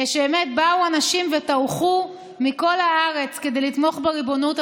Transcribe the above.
באו אנשים וטרחו מכל הארץ כדי לתמוך בריבונות,